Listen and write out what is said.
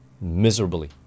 miserably